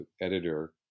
editor